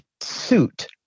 suit